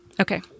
Okay